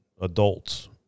adults